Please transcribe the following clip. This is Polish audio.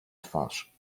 twarz